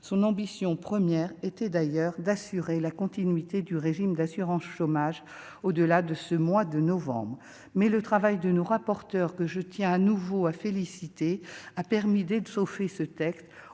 son ambition première était d'ailleurs d'assurer la continuité du régime d'assurance chômage au-delà de ce mois de novembre mais le travail de nos rapporteurs que je tiens à nouveau à féliciter a permis des de sauver ce texte